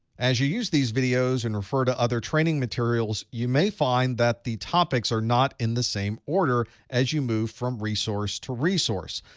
as you use these videos and refer to other training materials, you may find that the topics are not in the same order as you move from resource to resource.